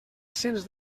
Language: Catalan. cens